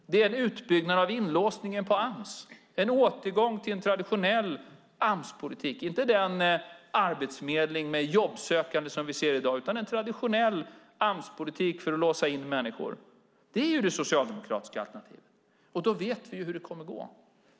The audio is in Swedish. Det är en utbyggnad av inlåsningen på Ams. Det är en återgång till en traditionell Amspolitik, inte den arbetsförmedling med jobbsökande som vi ser i dag utan en traditionell Amspolitik för att låsa in människor. Det är det socialdemokratiska alternativet, och då vet vi hur det kommer att gå.